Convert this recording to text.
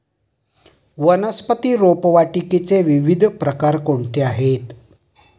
वनस्पती रोपवाटिकेचे विविध प्रकार कोणते आहेत?